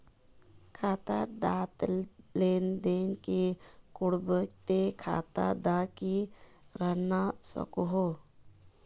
खाता डात लेन देन नि करबो ते खाता दा की रहना सकोहो?